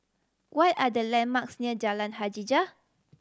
what are the landmarks near Jalan Hajijah